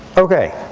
ok,